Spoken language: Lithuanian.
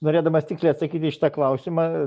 norėdamas tiksliai atsakyt į šitą klausimą